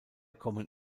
kommen